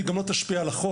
והיא גם לא תשפיע על החוק,